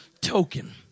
token